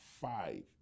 five